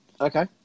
Okay